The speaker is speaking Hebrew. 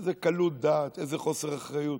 באיזה קלות דעת, באיזה חוסר אחריות,